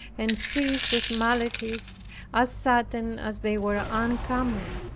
and seized with maladies as sudden as they were uncommon.